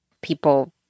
people